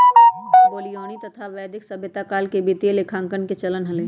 Babylonian तथा वैदिक सभ्यता काल में वित्तीय लेखांकन के चलन हलय